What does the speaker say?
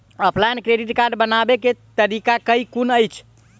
Offline credit card बनाबै केँ तरीका केँ कुन अछि?